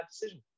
decision